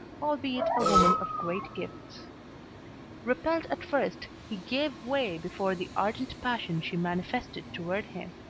albeit a woman of great gifts repelled at first he gave way before the ardent passion she manifested toward him.